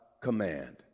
command